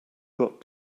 got